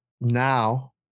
Now